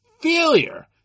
failure